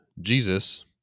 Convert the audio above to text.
Jesus